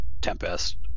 Tempest